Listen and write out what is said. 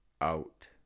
out